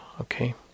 Okay